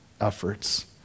efforts